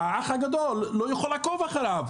האח הגדול לא יכול לעקוב אחריו,